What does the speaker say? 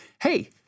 hey